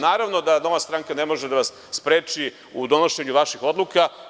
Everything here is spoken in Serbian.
Naravno da Nova stranka ne može da vas spreči u donošenju vaših odluka.